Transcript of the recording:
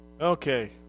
Okay